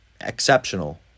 exceptional